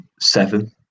seven